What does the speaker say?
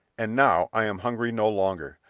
and now i am hungry no longer.